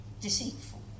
deceitful